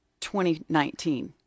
2019